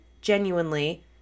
genuinely